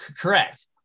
Correct